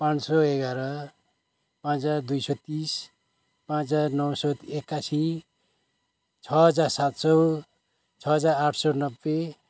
पाँच सय एघार पाँच हजार दुई सय तिस पाँच हजार नौ सौ एकासी छ हजार सात सय छ हजार आठ सय नब्बे